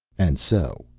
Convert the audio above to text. and so,